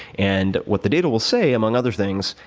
and what the data will say among other things,